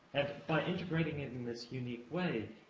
and by integrating it and this unique way,